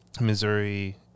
Missouri